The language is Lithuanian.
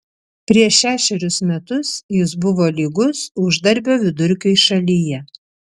prieš šešerius metus jis buvo lygus uždarbio vidurkiui šalyje